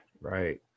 Right